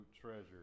treasure